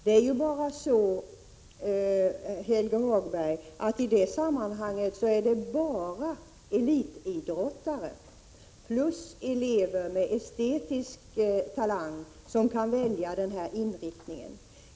Men, Helge Hagberg, det är bara elitidrottare plus elever med estetisk talang som kan välja den här inriktningen.